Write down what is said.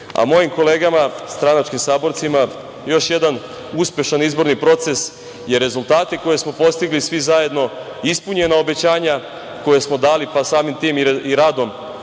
a mojim kolegama, stranačkim saborcima, još jedan uspešan izborni proces, jer rezultate koje smo postigli svi zajedno, ispunjena obećanja koja smo dali, pa, samim tim i radom